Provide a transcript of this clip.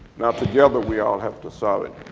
now together we all have to solve it.